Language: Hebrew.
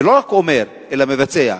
ולא רק אומר אלא מבצע.